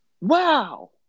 Wow